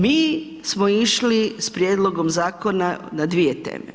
Mi smo išli s prijedlogom zakona na dvije teme.